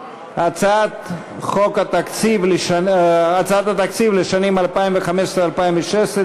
הצעת חוק התקציב לשנות התקציב 2015 ו-2016,